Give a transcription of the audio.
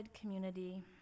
community